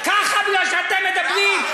ככה, מפני שאתם מדברים.